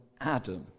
Adam